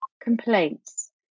complaints